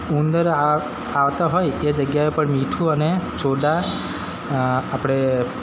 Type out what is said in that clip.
ઉંદર આવતા હોય એ જગ્યા ઉપર મીઠું અને સોડા આપણે